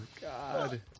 God